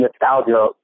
nostalgia